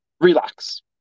relax